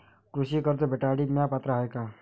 कृषी कर्ज भेटासाठी म्या पात्र हाय का?